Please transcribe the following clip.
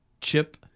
chip